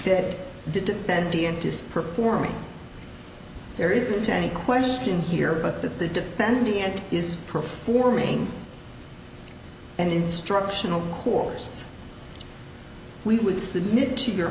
that the defendant is performing there isn't any question here but that the defending and is performing an instructional course we would submit to your